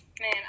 Man